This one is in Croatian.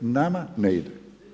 Nama ne ide.